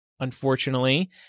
Unfortunately